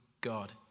God